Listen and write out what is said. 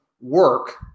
work